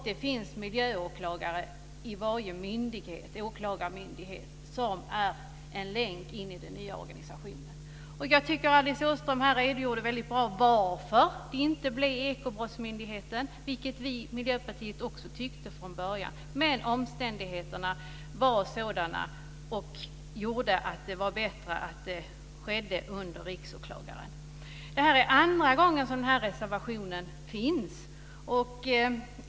Det finns miljöåklagare på varje åklagarmyndighet, som är en länk in i den nya organisationen. Jag tycker att Alice Åström här redogjorde väldigt bra för varför det inte blev Ekobrottsmyndigheten. Miljöpartiet ville också från början att det skulle bli den, men nu var omständigheterna sådana att det var bättre att detta skedde under Riksåklagaren. Detta är andra gången den här reservationen kommer upp.